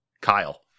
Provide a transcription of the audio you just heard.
Kyle